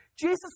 Jesus